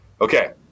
Okay